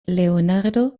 leonardo